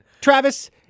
Travis